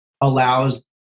allows